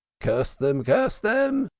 curse them! curse them!